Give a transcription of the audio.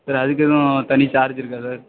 sir அதுக்கெதுவும் தனி charge இருக்கா சார்